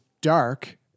dark